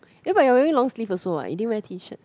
then you wearing long sleeve also what you didn't wear T-shirts